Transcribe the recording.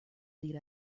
lead